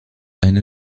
eine